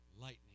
lightning